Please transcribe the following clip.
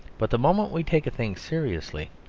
but the moment we take a thing seriously,